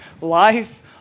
life